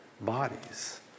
bodies